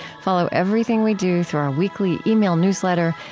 follow everything we do through our weekly email newsletter.